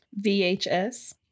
VHS